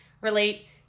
relate